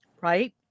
right